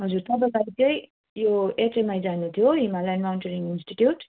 हजुर तपाईँलाई चाहिँ यो एचएमआई जानु थियो हिमालयन माउन्टेरिङ इन्सिटिट्युट